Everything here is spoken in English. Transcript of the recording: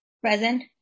Present